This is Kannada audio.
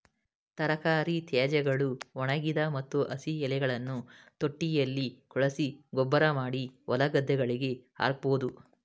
ತರಕಾರಿ ತ್ಯಾಜ್ಯಗಳು, ಒಣಗಿದ ಮತ್ತು ಹಸಿ ಎಲೆಗಳನ್ನು ತೊಟ್ಟಿಯಲ್ಲಿ ಕೊಳೆಸಿ ಗೊಬ್ಬರಮಾಡಿ ಹೊಲಗದ್ದೆಗಳಿಗೆ ಹಾಕಬೋದು